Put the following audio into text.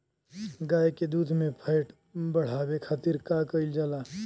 गाय के दूध में फैट बढ़ावे खातिर का कइल जाला?